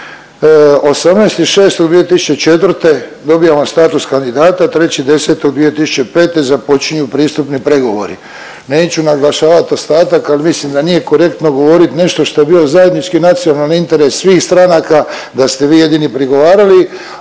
18.6.2004. dobijamo status kandidata. 3.10.2005. započinju pristupni pregovori. Neću naglašavati ostatak, ali mislim da nije korektno govorit nešto što je bio zajednički nacionalni interes svih stranaka da ste vi jedini prigovarali,